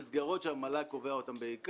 מדובר במסגרות שהמל"ג קובע אותם,